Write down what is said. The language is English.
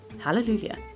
Hallelujah